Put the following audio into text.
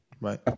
Right